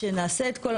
שנעשה את כל,